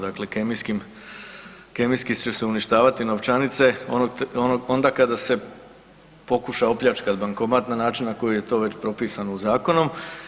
Dakle, kemijskim, kemijski će se uništavati novčanice onda kada se pokuša opljačkati bankomat na način na koji je to već propisano zakonom.